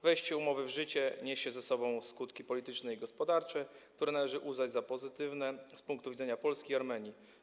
Wejście umowy w życie niesie za sobą skutki polityczne i gospodarcze, które należy uznać za pozytywne z punktu widzenia Polski i Armenii.